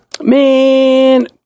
Man